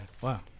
wow